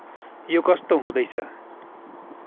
यो कस्तो हुँदैछ